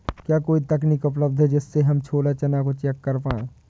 क्या कोई तकनीक उपलब्ध है जिससे हम छोला चना को चेक कर पाए?